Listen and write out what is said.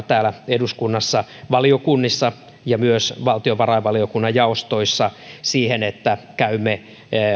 täällä eduskunnassa valiokunnissa ja myöskin valtiovarainvaliokunnan jaostoissa siihen että käymme